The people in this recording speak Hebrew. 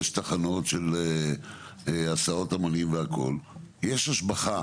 תחנות של הסעות המונים והכל יש השבחה.